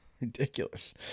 ridiculous